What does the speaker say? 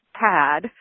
pad